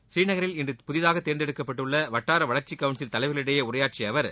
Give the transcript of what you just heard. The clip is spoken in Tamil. ஸ்ரீநகரில் இன்று புதிதாக தேர்ந்தெடுக்கப்பட்டுள்ள வட்டார வளர்ச்சி கவுன்சில் தலைவர்களிடையே உரையாற்றிய அவர்